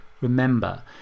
remember